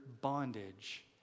bondage